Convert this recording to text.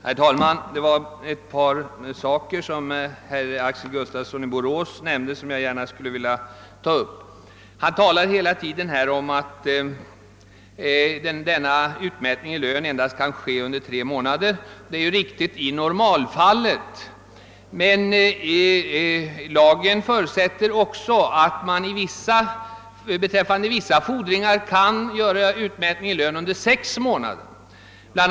Herr talman! Jag skulle vilja ta upp ett par saker som herr Axel Gustafsson i Borås här nämnde. Han har hela tiden talat om att utmätning i lön endast kan ske under tre månader. Det är riktigt i normalfallen, men lagen förutsätter också att man beträffande vissa fordringar kan göra utmätning i lönen under sex månader. Bl.